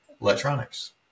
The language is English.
electronics